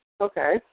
Okay